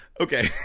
Okay